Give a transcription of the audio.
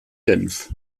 genf